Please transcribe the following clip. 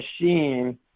machine